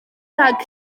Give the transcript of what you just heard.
rhag